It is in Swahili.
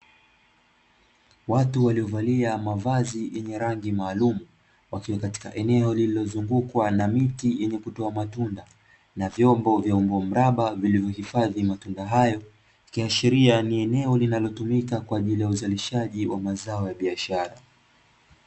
Watu waliovalia mavazi yenye rangi maalumu, wakiwa katika eneo lililozungukwa na miti yenye kutoa matunda na vyombo mraba vyenye kuhifadhi matunda hayo, ikiashiria ni eneo linalotumika kwa ajili ya uzalishaji wa mazao ya biashara.